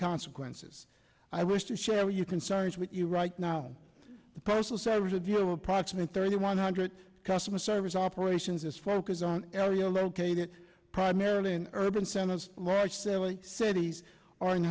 consequences i wish to share your concerns with you right now the postal service of your of approximately thirty one hundred customer service operations is focused on area located primarily in urban centers large several cities are